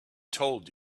told